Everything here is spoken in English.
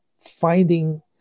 finding